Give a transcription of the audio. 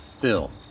bill